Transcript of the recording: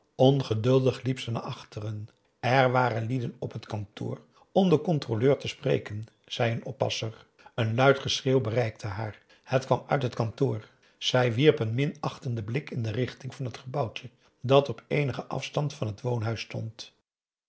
liep ze naar achteren er waren lieden op het kantoor om den controleur te spreken zei een oppasser een luid geschreeuw bereikte haar het kwam uit het kantoor zij wierp een minachtenden blik in de richting van het gebouwtje dat op eenigen afstand van het woonhuis stond